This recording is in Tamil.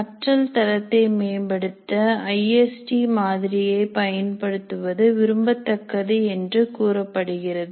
கற்றல் தரத்தை மேம்படுத்த ஐ எஸ டி மாதிரியை பயன்படுத்துவது விரும்பத்தக்கது என்று கூறப்படுகிறது